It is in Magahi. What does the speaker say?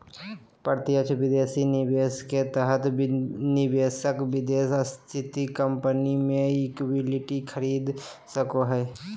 प्रत्यक्ष विदेशी निवेश के तहत निवेशक विदेश स्थित कम्पनी मे इक्विटी खरीद सको हय